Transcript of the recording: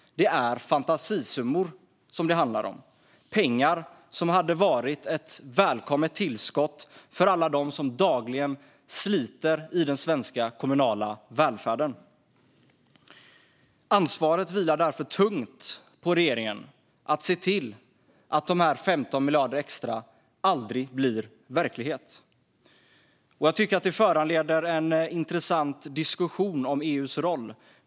Det är fantasisummor det handlar om. Det är pengar som hade varit ett välkommet tillskott för alla som dagligen sliter i den svenska kommunala välfärden. Ansvaret vilar tungt på regeringen att se till att de extra 15 miljarderna aldrig blir verklighet. Jag tycker att det föranleder en intressant diskussion om EU:s roll.